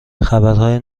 خبرهای